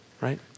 Right